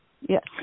yes